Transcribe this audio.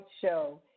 show